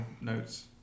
notes